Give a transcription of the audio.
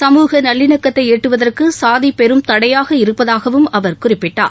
சமூக நல்லிணக்கத்தை எட்டுவதற்கு சாதி பெரும் தடையாக இருப்பதாகவும் அவர் குறிப்பிட்டார்